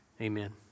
Amen